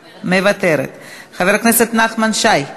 מוותרת, חבר הכנסת נחמן שי,